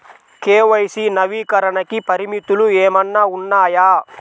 KYC నవీకరణకి పరిమితులు ఏమన్నా ఉన్నాయా?